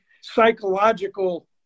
psychological